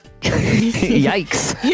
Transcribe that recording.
yikes